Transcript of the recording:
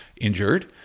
injured